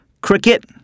cricket